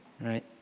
right